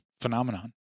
phenomenon